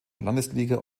landesliga